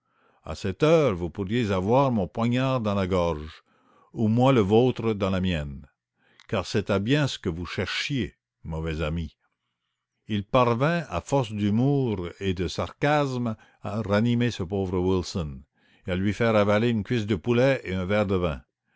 a cette heure vous pourriez avoir mon poignard dans la gorge ou moi le vôtre dans la mienne car c'était bien ce que vous cherchiez mauvais ami il parvint à force d'humour et de sarcasmes à ranimer ce pauvre wilson et à lui faire avaler une cuisse de poulet et un verre de vin